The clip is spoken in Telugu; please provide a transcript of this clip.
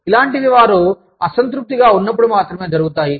ఇలాంటివి వారు అసంతృప్తిగా ఉన్నప్పుడు మాత్రమే జరుగుతాయి